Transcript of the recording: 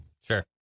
Sure